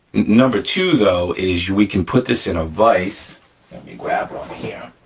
number two though, is we can put this in a vice, let me grab one here.